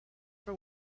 for